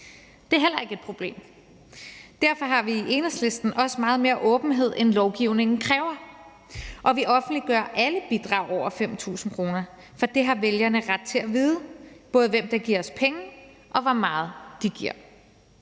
Det er heller ikke et problem. Derfor har vi i Enhedslisten også meget mere åbenhed, end lovgivningen kræver, og vi offentliggør alle bidrag over 5.000 kr., for det har vælgerne ret til at vide, både hvem der giver os penge og hvor meget de giver.